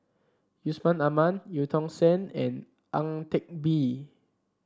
Yusman Aman Eu Tong Sen and Ang Teck Bee